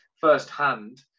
firsthand